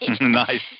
Nice